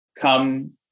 come